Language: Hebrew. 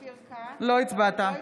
השרה שאשא ביטון, הצבעת?